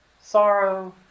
sorrow